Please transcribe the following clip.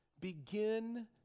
begin